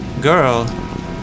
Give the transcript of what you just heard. girl